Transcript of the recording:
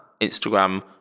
Instagram